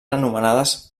anomenades